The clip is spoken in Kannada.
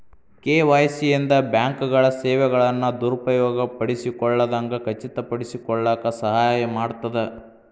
ಕೆ.ವಾಯ್.ಸಿ ಇಂದ ಬ್ಯಾಂಕ್ಗಳ ಸೇವೆಗಳನ್ನ ದುರುಪಯೋಗ ಪಡಿಸಿಕೊಳ್ಳದಂಗ ಖಚಿತಪಡಿಸಿಕೊಳ್ಳಕ ಸಹಾಯ ಮಾಡ್ತದ